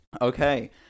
okay